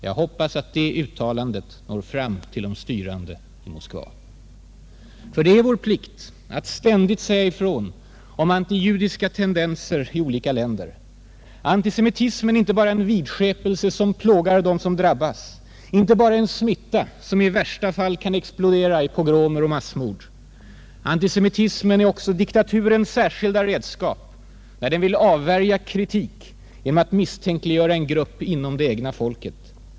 Jag hoppas det uttalandet når fram till de styrande i Moskva. Det är nämligen vår plikt att ständigt säga ifrån om antijudiska tendenser i olika länder. Antisemitismen är inte bara en vidskepelse som plågar dem som drabbas, inte bara en smitta som i värsta fall kan explodera i pogromer och massmord. Antisemitismen är också diktaturens särskilda redskap när den vill avvärja kritik genom att misstänkliggöra en grupp inom det egna folket.